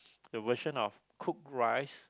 the version of cooked rice